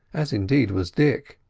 as, indeed, was dick.